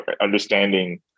understanding